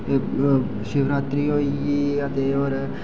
फिरी शिबरात्री होई गेई